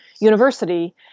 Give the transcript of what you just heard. university